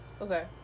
Okay